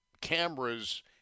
cameras